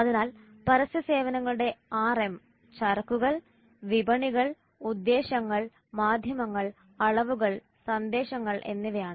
അതിനാൽ പരസ്യ സേവനങ്ങളുടെ 6M ചരക്കുകൾ വിപണികൾ ഉദ്ദേശ്യങ്ങൾ മാധ്യമങ്ങൾ അളവുകൾ സന്ദേശങ്ങൾ എന്നിവയാണ്